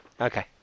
Okay